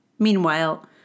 Meanwhile